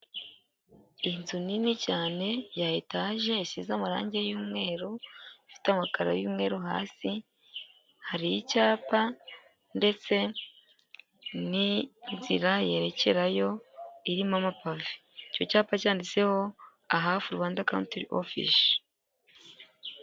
Inzu nini cyane ya etage, isize amarangi y'umweru, ifite amakaro y'umweru hasi, hari icyapa ndetse n'inzira yerekera yo irimo amapave. Icyo cyapa cyanditseho AHF RWANDA county office.